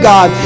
God